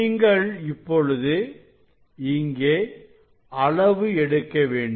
நீங்கள் இப்பொழுது இங்கே அளவு எடுக்க வேண்டும்